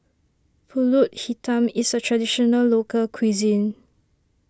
Pulut Hitam is a Traditional Local Cuisine